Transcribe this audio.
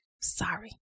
Sorry